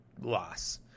loss